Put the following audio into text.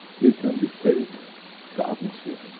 you can dictate the atmosphere.